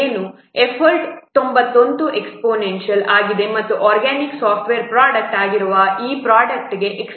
effort 91e ಆಗಿದೆ ಮತ್ತು organic software product ಆಗಿರುವ ಈ ಪ್ರೊಡಕ್ಟ್ಗೆ ಎಕ್ಸ್ಪೋನೆಂಟ್ ವ್ಯಾಲ್ಯೂ 0